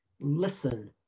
listen